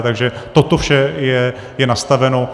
Takže toto vše je nastaveno.